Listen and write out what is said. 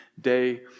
day